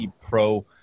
Pro